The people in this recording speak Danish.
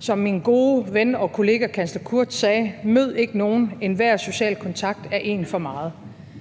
Som min gode ven og kollega kansler Kurz sagde: Mød ikke nogen, enhver social kontakt er en for meget.